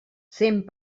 cent